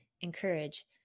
encourage